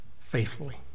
faithfully